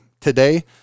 Today